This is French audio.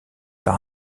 par